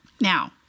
Now